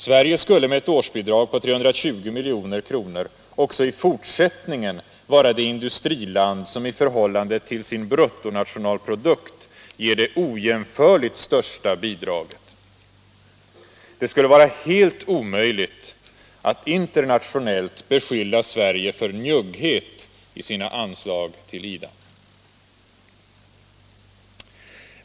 Sverige skulle med ett årsbidrag på 320 milj.kr. också i fortsättningen vara det industriland som i förhållande till sin bruttonationalprodukt ger det ojämförligt största bidraget. Det skulle vara helt omöjligt att internationellt beskylla Sverige för njugghet i sina anslag till IDA.